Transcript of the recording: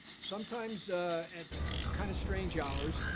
sometimes at kind of strange hours.